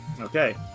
Okay